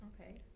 Okay